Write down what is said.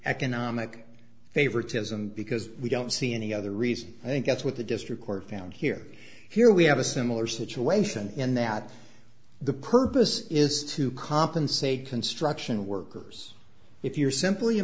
economic favoritism because we don't see any other reason i think that's what the district court found here here we have a similar situation in that the purpose is to compensate construction workers if you're simply a